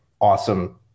awesome